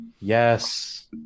yes